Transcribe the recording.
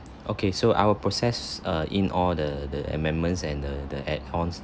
okay so I will process err in all the the amendments and the the add ons